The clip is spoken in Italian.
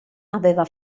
aveva